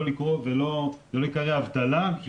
שזה לא ייקרא אבטלה.